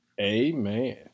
amen